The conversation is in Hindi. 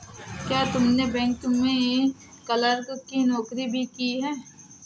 क्या तुमने बैंक में क्लर्क की नौकरी भी की है?